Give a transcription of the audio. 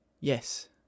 yes